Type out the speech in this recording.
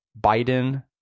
Biden